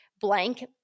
blank